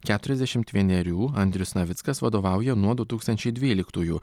keturiasdešimt vienerių andrius navickas vadovauja nuo du tūkstančiai dvyliktųjų